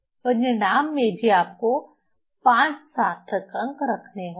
परिणाम में भी आपको 5 सार्थक अंक रखने होंगे